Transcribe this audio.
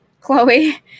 Chloe